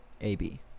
AB